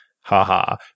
ha-ha